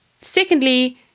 Secondly